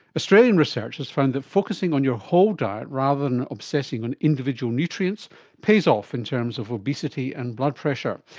australian research has found that focusing on your whole diet rather than obsessing on individual nutrients pays off in terms of obesity and blood pressure,